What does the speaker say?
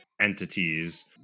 entities